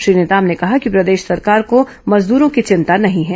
श्री नेताम ने कहा कि प्रदेश सरकार को मजदूरों की चिंता नहीं है